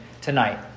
tonight